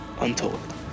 untold